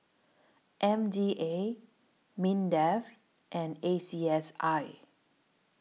M D A Mindef and A C S I